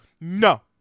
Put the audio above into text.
no